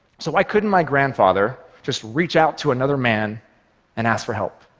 so why couldn't my grandfather just reach out to another man and ask for help?